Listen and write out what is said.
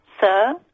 sir